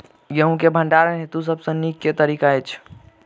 गेंहूँ केँ भण्डारण हेतु सबसँ नीक केँ तरीका छै?